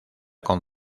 con